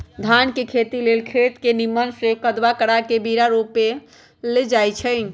धान के खेती लेल खेत के निम्मन से कदबा करबा के बीरा रोपल जाई छइ